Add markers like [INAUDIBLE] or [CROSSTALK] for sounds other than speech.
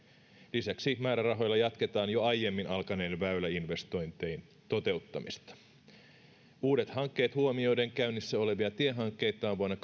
lisäksi määrärahoilla jatketaan jo aiemmin alkaneiden väyläinvestointien toteuttamista uudet hankkeet huomioiden käynnissä olevia tiehankkeita on vuonna [UNINTELLIGIBLE]